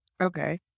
Okay